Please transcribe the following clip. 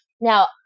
Now